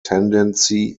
tendency